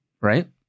right